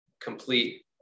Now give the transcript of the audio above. complete